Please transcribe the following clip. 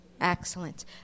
excellent